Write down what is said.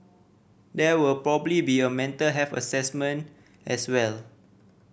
there would probably be a mental health assessment as well